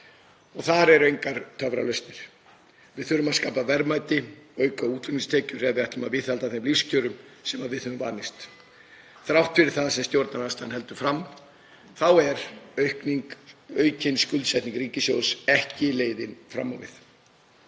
Þar eru engar töfralausnir. Við þurfum að skapa verðmæti og auka útflutningstekjur ef við ætlum að viðhalda þeim lífskjörum sem við höfum vanist. Þrátt fyrir það sem stjórnarandstaðan heldur fram þá er aukin skuldsetning ríkissjóðs ekki leiðin fram á við.